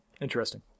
interesting